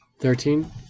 Thirteen